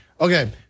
Okay